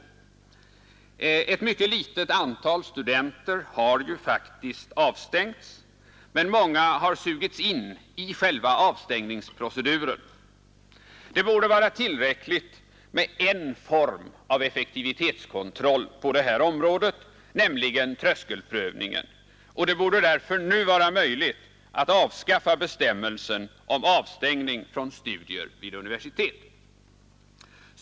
Ett mycket litet antal studenter har ju faktiskt avstängts, men många har sugits in i själva avstängnings proceduren. Det borde vara tillräckligt med en form av effektivitetskontroll på det här området, nämligen tröskelprövningen, och det borde därför nu vara möjligt att avskaffa bestämmelsen om avstängning från studier vid universitet.